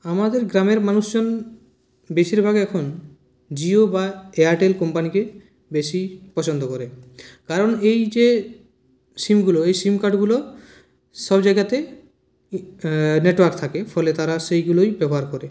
আমাদের গ্রামের মানুষজন বেশিরভাগই এখন জিও বা এয়ারটেল কোম্পানিকে বেশি পছন্দ করে কারণ এই যে সিমগুলো এই সিম কার্ডগুলো সব জায়গাতে নেটওয়ার্ক থাকে ফলে তারা সেইগুলোই ব্যবহার করে